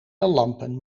lampen